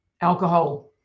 alcohol